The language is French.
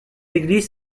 église